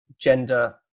gender